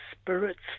spirit's